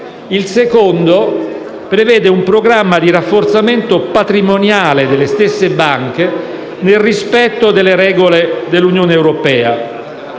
il secondo prevede un programma di rafforzamento patrimoniale delle stesse banche nel rispetto delle regole dell'Unione europea.